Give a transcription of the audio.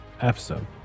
episode